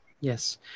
Yes